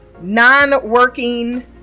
non-working